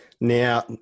Now